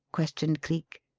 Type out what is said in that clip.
questioned cleek.